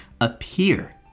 appear